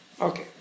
Okay